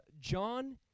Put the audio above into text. John